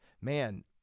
man